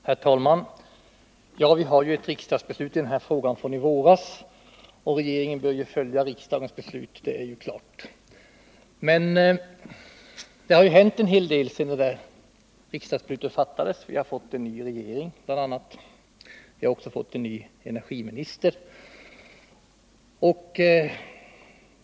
Herr talman! Ja, vi har ju ett riksdagsbeslut i den här frågan från i våras, och regeringen bör följa riksdagens beslut — det är klart. Men det har ju hänt en hel del sedan detta riksdagsbeslut fattades. Vi har fått en ny regering bl.a. Vi har också fått en ny energiminister.